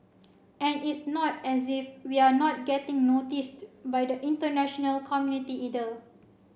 and it's not as if we're not getting noticed by the international community either